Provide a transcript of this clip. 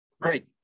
Right